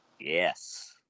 yes